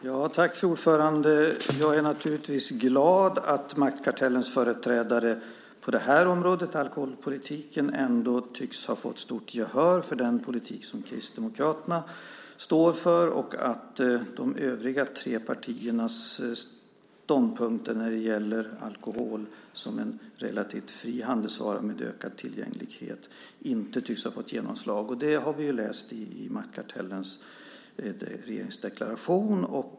Fru talman! Jag är naturligtvis glad för att maktkartellens företrädare på alkoholpolitikens område ändå tycks ha fått stort gehör för den politik som Kristdemokraterna står för och att de övriga tre partiernas ståndpunkter när det gäller alkohol som en relativt fri handelsvara med ökad tillgänglighet inte tycks ha fått genomslag. Och det har vi läst i maktkartellens regeringsdeklaration.